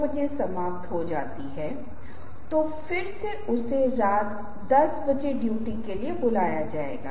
तो body language और हावभाव हम वास्तव में किस बारे में बात कर रहे हैं